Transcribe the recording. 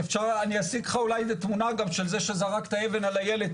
אני אולי אשיג לך גם תמונה של זה שזרק את האבן על הילד,